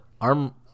arm